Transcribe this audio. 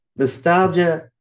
nostalgia